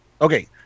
Okay